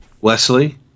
Wesley